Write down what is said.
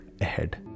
ahead